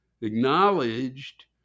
acknowledged